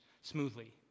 smoothly